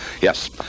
Yes